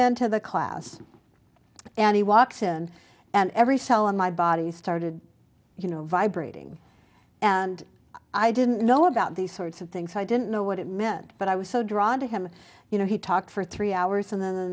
into the class and he walks in and every cell in my body started you know vibrating and i didn't know about these sorts of things i didn't know what it meant but i was so drawn to him you know he talked for three hours in the